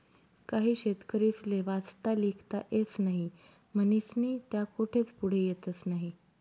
काही शेतकरीस्ले वाचता लिखता येस नही म्हनीस्नी त्या कोठेच पुढे येतस नही